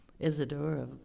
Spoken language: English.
Isadora